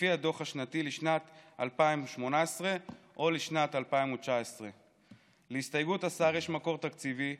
לפי הדוח השנתי לשנת 2018 או לשנת 2019. להסתייגות השר יש מקור תקציבי,